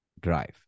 drive